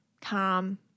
calm